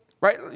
right